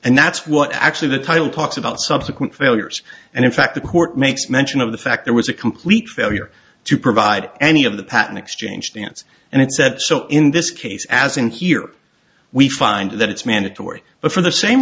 and that's what actually the title talks about subsequent failures and in fact the court makes mention of the fact there was a complete failure to provide any of the patten exchanged hands and it said so in this case as in here we find that it's mandatory but for the same